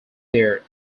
there